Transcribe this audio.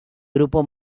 grupo